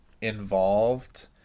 involved